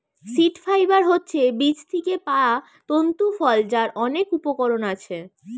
seed fibre হচ্ছে বীজ থিকে পায়া তন্তু ফল যার অনেক উপকরণ আছে